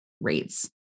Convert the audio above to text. rates